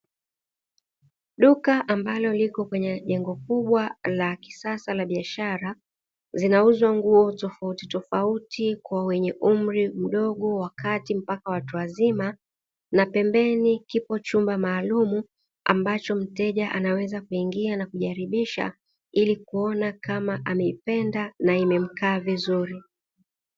Duka ambalo liko kwenye jengo kubwa la kisasa la biashara, zinauzwa nguo tofautitofauti kwa wenye umri mdogo wa kati mpaka watu wazima na pembeni kipo chumba maalumu ambacho mteja anaweza kuingia na kujaribisha ili kuona kama ameipenda na imemkaa vizuri.